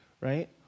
right